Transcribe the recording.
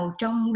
trong